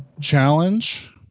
challenge